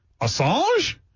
Assange